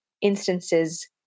instances